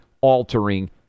altering